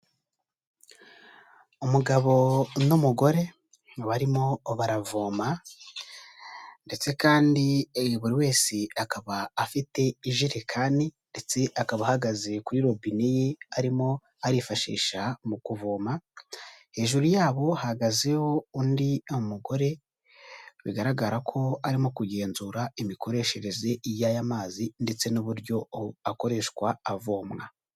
Umugabo n'umugore barimo baravoma, ndetse kandi buri wese akaba afite ijerekani, ndetse akaba ahagaze kuri robine ye arimo arifashisha mu kuvoma, hejuru yabo hahagazeho undi mugore bigaragara ko arimo kugenzura imikoreshereze y'aya mazi ndetse n'uburyo akoreshwa avomwa.